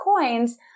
coins